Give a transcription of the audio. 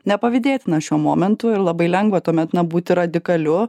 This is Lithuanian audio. nepavydėtina šiuo momentu ir labai lengva tuomet na būti radikaliu